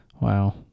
Wow